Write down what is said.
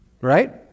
Right